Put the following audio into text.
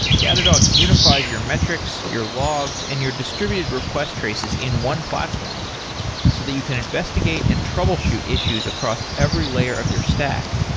datadog unifies your metrics, your logs and your distributed request traces in one platform so that you can investigate and troubleshoot issues across every layer of your stack.